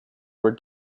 were